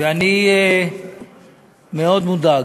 ואני מאוד מודאג,